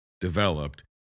developed